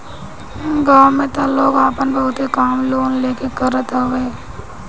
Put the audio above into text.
गांव में तअ लोग आपन बहुते काम लोन लेके करत हवे